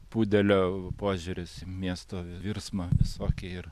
pudelio požiūris į miesto virsmą visokį ir